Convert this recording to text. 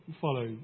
follow